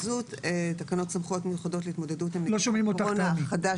תקנות סמכויות מיוחדות להתמודדות עם נגיף הקורונה החדש,